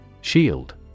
Shield